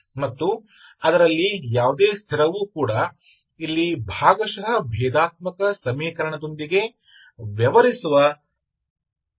ಮತ್ತು ಅದರಲ್ಲಿ ಯಾವುದೇ ಸ್ಥಿರವೂ ಕೂಡ ಇಲ್ಲಿ ಭಾಗಶಃ ಭೇದಾತ್ಮಕ ಸಮೀಕರಣದೊಂದಿಗೆ ವ್ಯವಹರಿಸುವ ಅಂಶವಾಗಿದೆ